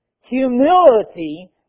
Humility